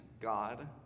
God